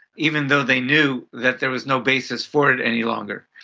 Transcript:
even though they knew that there was no basis for it any longer.